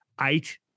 Eight